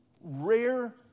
rare